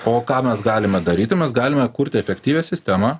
o ką mes galime daryti mes galime kurti efektyvią sistemą